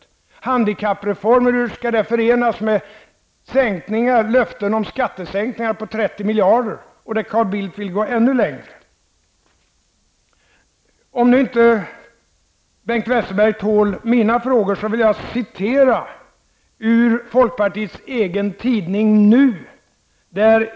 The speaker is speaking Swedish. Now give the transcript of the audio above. Hur skall handikappreformen förenas med löften om skattesänkningar på 30 miljarder, och där Carl Bildt vill gå ännu längre? Om Bengt Westerberg inte tål mina frågor skulle jag i stället vilja citera ur folkpartiets egen tidning Nu.